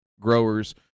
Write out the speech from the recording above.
growers